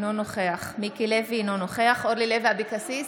אינו נוכח מיקי לוי, אינו נוכח אורלי לוי אבקסיס,